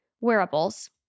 Wearables